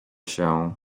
się